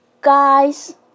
guys